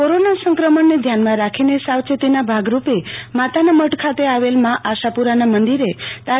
corona સંક્રમણને ધ્યાનમાં રાખીને સાવચેતીના ભાગરૂપે માતાનામઢ ખાતે આવેલ મા આશાપુરા મંદિર તા